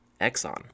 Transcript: Exxon